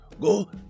go